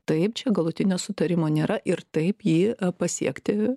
taip čia galutinio sutarimo nėra ir taip jį pasiekti